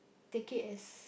take it as